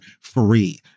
free